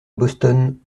boston